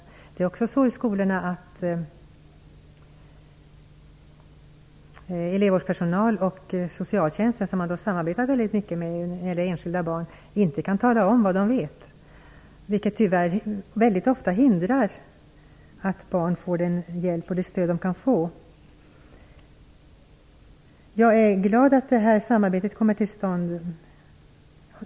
Dessutom är det så ute i skolorna att elevvårdspersonalen och Socialtjänsten, som man samarbetar väldigt mycket med när det gäller enskilda barn, inte kan tala om vad de vet. Väldigt ofta gör det, tyvärr, att barn hindras och att de därmed inte kan få den hjälp och det stöd som de kan få.